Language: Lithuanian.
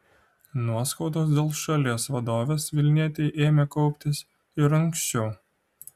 nuoskaudos dėl šalies vadovės vilnietei ėmė kauptis ir anksčiau